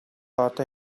одоо